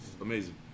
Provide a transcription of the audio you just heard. amazing